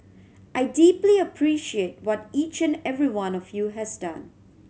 I deeply appreciate what each and every one of you has done